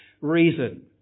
reason